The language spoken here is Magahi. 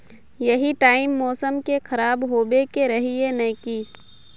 यही टाइम मौसम के खराब होबे के रहे नय की?